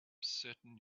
certain